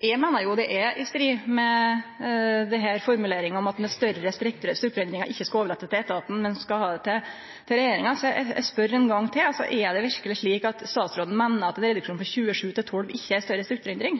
Eg meiner det er i strid med formuleringa om at det ved større strukturendringar ikkje skal overlatast til etaten, men skal til regjeringa. Eg spør ein gong til: Er det verkeleg slik at statsråden meiner at ein reduksjon frå 27 til 12 ikkje er ei større strukturendring?